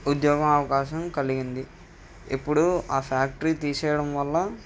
ఉద్యోగం అవకాశం కలిగింది ఇప్పుడు ఆ ఫ్యాక్టరీ తీసేయడం వల్ల